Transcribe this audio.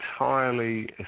entirely